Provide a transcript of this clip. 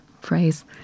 phrase